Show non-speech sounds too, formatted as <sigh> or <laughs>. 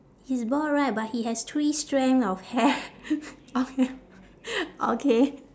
he's bald right but he has three strand of hair <laughs> okay